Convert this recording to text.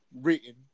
Written